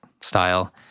style